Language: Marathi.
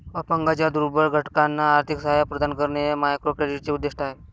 अपंगांच्या दुर्बल घटकांना आर्थिक सहाय्य प्रदान करणे हे मायक्रोक्रेडिटचे उद्दिष्ट आहे